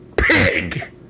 pig